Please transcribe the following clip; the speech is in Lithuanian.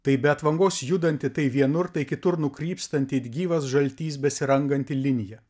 tai be atvangos judanti tai vienur tai kitur nukrypstanti it gyvas žaltys besiranganti linija